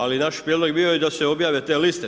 Ali naš prijedlog je bio i da se objave te liste.